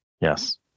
Yes